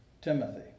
Timothy